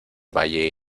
valle